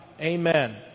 Amen